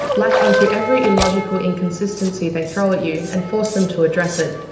latch onto every illogical inconsistency they throw at you and force them to address it.